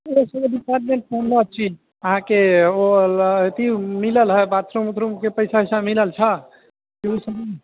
मिलल है अहाँके ओ बाथरूम बाथरूमके पैसा वैसा मिलल छल